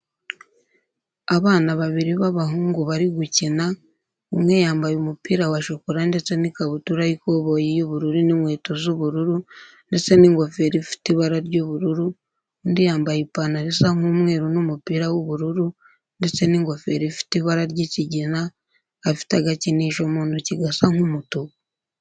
Abana babiri b'abahungu bari gukina, umwe yambaye umupira wa shokora ndetse n'ikabutura y'ikoboyi y'ubururu n'inkweto z'ubururu ndetse n'ingofero ifite ibara ry'ubururu, undi yambaye ipantaro isa nk'umweru n'umupira w'ubururu ndetse n'ingofero ifite ibara ry'ikigina, afite agakinisho mu ntoki gasa nk'umutuku.